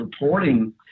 reporting